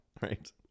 right